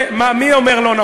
זה לא נכון.